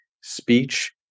speech